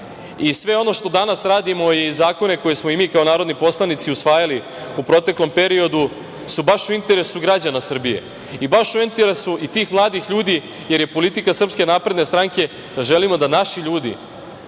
ono što danas radimo i zakone koje smo i mi kao narodni poslanici usvajali u proteklom periodu su baš u interesu građana Srbije i baš u interesu i tih mladih ljudi, jer je politika SNS da želimo da naši ljudi,